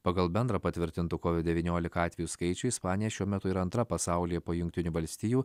pagal bendrą patvirtintų covid devyniolika atvejų skaičių ispanija šiuo metu yra antra pasaulyje po jungtinių valstijų